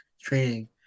training